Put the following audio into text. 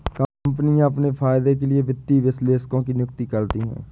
कम्पनियाँ अपने फायदे के लिए वित्तीय विश्लेषकों की नियुक्ति करती हैं